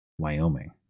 wyoming